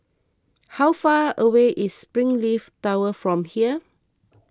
how far away is Springleaf Tower from here